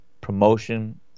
promotion